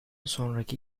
sonraki